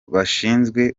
bashinzwe